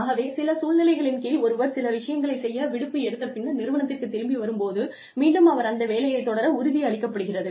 ஆகவே சில சூழ்நிலைகளின் கீழ் ஒருவர் சில விஷயங்களை செய்ய விடுப்பு எடுத்த பின்னர் நிறுவனத்திற்கு திரும்பி வரும் போது மீண்டும் அவர் அந்த வேலையை தொடர உறுதி அளிக்கப்படுகிறது